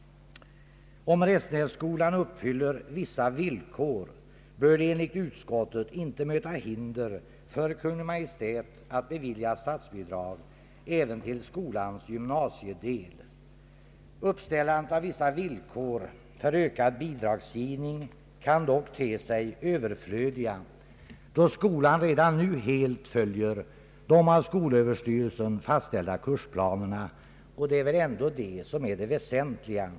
Om Restenässkolan uppfyller vissa villkor, bör det enligt utskottet inte möta hinder för Kungl. Maj:t att bevilja statsbidrag även till skolans gymnasiedel. Uppställandet av vissa villkor för ökad bidragsgivning kan dock te sig överflödigt, då skolan redan nu helt följer de av skolöverstyrelsen fastställda kursplanerna, och det är väl ändå det väsentliga.